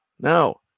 No